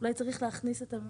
אולי צריך להכניס אותם?